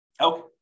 Okay